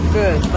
good